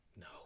no